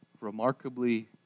remarkably